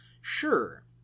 sure